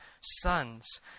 sons